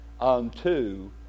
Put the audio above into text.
unto